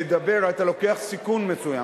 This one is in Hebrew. אתה מבקש ממני לדבר, אתה לוקח סיכון מסוים.